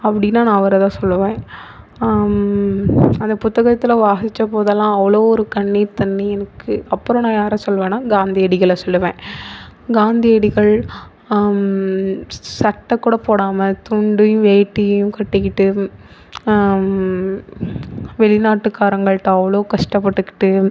அப்படின்னா நான் அவர தான் சொல்லுவேன் அந்த புத்தகத்தில் வாசிச்ச போதெல்லாம் அவளோ ஒரு கண்ணீர் தண்ணி எனக்கு அப்புறம் நான் யாரை சொல்லுவேன்னா காந்தி அடிகளை சொல்லுவேன் காந்தியடிகள் சட்டை கூட போடாமல் துண்டையும் வேட்டியையும் கட்டிக்கிட்டு வெளிநாட்டுக்காரங்கள்கிட்ட அவ்வளோ கஷ்டப்பட்டுக்கிட்டு